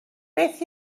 beth